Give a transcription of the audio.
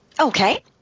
Okay